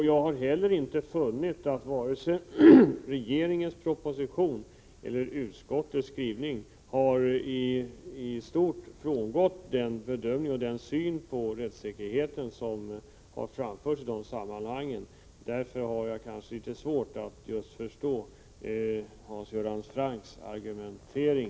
Jag har inte heller funnit att vare sig regeringen i sin proposition eller utskottet i sin skrivning frångått den syn på rättssäkerheten som framförs i dessa sammanhang. Därför har jag litet svårt att förstå Hans Göran Francks argumentering.